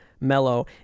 mellow